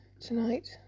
tonight